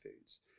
foods